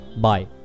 Bye